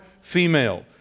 female